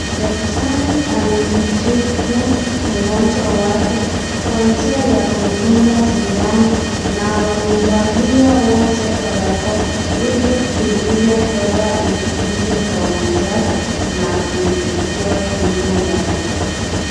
Daktari amemtibu mgonjwa wake kwa njia ya Kundunga sindano na wamevalia wote barakoa Ili kuzuia hewa isipite kwa mwenzake na kuichukua hivo ndani.